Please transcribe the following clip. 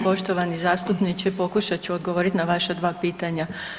Poštovani zastupniče pokušat ću odgovoriti na vaša 2 pitanja.